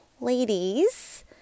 ladies